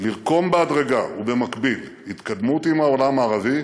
לרקום בהדרגה ובמקביל התקדמות עם העולם הערבי,